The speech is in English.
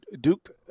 Duke